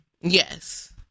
yes